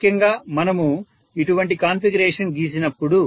ముఖ్యంగా మనము ఇటువంటి కాన్ఫిగరేషన్ గీసినప్పుడు